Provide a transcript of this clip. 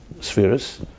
spheres